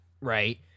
right